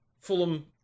Fulham